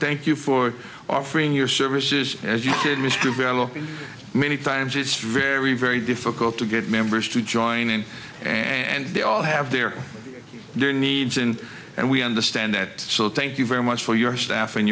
thank you for offering your services as you did mr bariloche many times it's very very difficult to get members to join in and they all have their their needs in and we understand that so thank you very much for your staff and